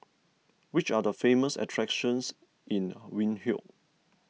which are the famous attractions in Windhoek